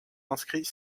inscrit